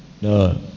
No